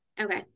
Okay